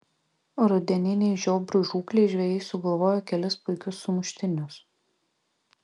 rudeninei žiobrių žūklei žvejai sugalvojo kelis puikius sumuštinius